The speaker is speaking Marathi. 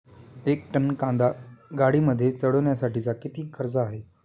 एक टन कांदा गाडीमध्ये चढवण्यासाठीचा किती खर्च आहे?